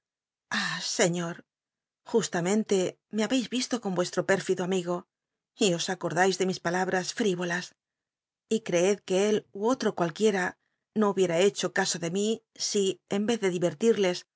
señor justamente me ha beis visto con ucslo pérfido am igo y os acordais de mis palabras fl'iyolas yceed que él u otro cualquiera no hubiera hecho caso de mi si en cz de